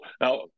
Now